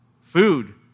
food